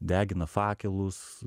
degina fakelus